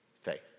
faith